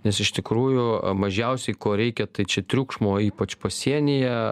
nes iš tikrųjų mažiausiai ko reikia tai čia triukšmo ypač pasienyje